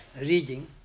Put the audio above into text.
reading